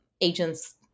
agents